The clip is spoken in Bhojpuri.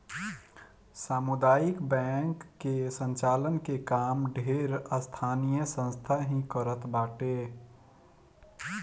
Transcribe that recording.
सामुदायिक बैंक कअ संचालन के काम ढेर स्थानीय संस्था ही करत बाटे